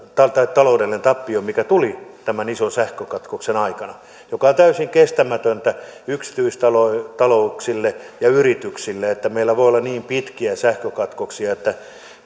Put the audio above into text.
taloudellinen tappio tuli tämän ison sähkökatkoksen aikana on täysin kestämätöntä yksityistalouksille ja yrityksille että meillä voi olla niin pitkiä sähkökatkoksia että